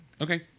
Okay